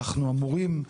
אנחנו אמורים,